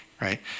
right